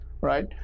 right